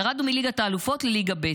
ירדנו בליגת האלופות לליגה ב'.